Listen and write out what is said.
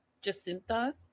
Jacinta